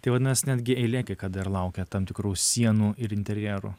tai vadinasi netgi eilė kai kada ir laukia tam tikrų sienų ir interjerų